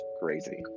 crazy